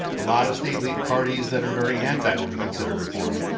a lot of state like parties that are very anti what we consider reform,